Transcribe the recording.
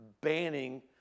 banning